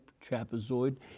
trapezoid